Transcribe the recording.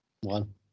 one